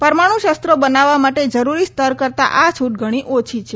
પરમાણુ શસ્ત્રો બનાવવા માટે જરૂરી સ્તર કરતાં આ છુટ ઘણી ઓછી છે